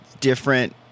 Different